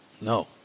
No